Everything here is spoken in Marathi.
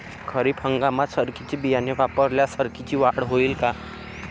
खरीप हंगामात सरकीचे बियाणे वापरल्यास सरकीची वाढ होईल का?